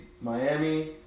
Miami